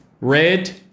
Red